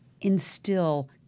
instill